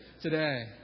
today